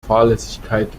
fahrlässigkeit